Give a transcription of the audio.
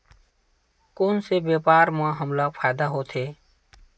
कोन से व्यापार म हमला फ़ायदा होथे?